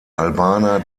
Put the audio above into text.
albaner